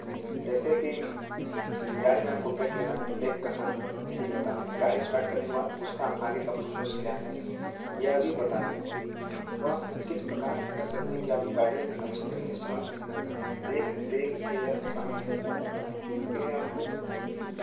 जैसे कि गाड़ी में आपको ब्रेक लेना है तो ब्रेक कहाँ है यही पता नहीं गाड़ी स्टार्ट करने के बाद उसका आगे का प्रोसेस क्या है यह भी पता नहीं तो आप किस प्रकार से कह सकते हैं कि आप गाड़ी एक अच्छे तरीके से चला सकते हैं देख देख के यह काम नहीं किया जाता है इसके लिए आपको